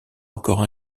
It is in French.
encore